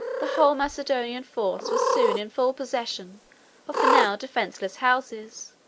the whole macedonian force were soon in full possession of the now defenseless houses,